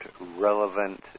relevant